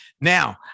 Now